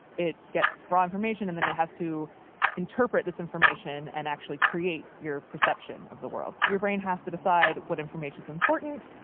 it gets raw information and then it has to interpret this information and actually create your perception of the world. so your brain has to decide what information is important,